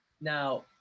Now